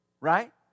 Right